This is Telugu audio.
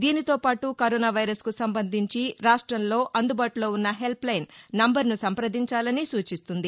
దీనితో పాటు కరోనా వైరస్కు సంబంధించి రాష్టంలో అందుబాటులో ఉన్నహెల్ప్ లైన్ నెంబరును సంప్రదించాలని సూచిస్తుంది